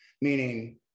meaning